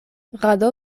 rado